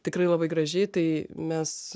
tikrai labai gražiai tai mes